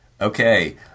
Okay